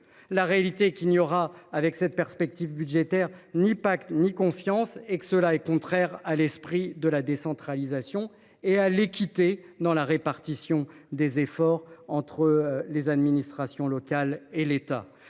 La réalité est qu’il n’y aura, avec cette perspective budgétaire, ni pacte ni confiance, ce qui est contraire à l’esprit de la décentralisation et au principe d’équité dans la répartition des efforts entre les administrations locales et l’État.